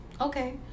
Okay